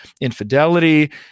infidelity